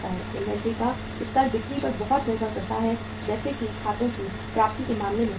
inventory का स्तर बिक्री पर बहुत निर्भर करता है जैसा कि खातों की प्राप्ति के मामले में होता है